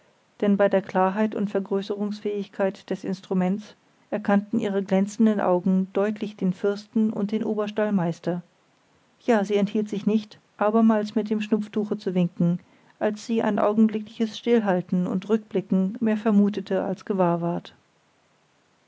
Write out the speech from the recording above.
denn bei der klarheit und vergrößerungsfähigkeit des instruments erkannten ihre glänzenden augen deutlich den fürsten und den oberstallmeister ja sie enthielt sich nicht abermals mit dem schnupftuche zu winken als sie ein augenblickliches stillhalten und rückblicken mehr vermutete als gewahr ward